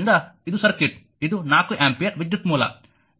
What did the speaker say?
ಆದ್ದರಿಂದ ಇದು ಸರ್ಕ್ಯೂಟ್ ಇದು 4 ಆಂಪಿಯರ್ ವಿದ್ಯುತ್ ಮೂಲ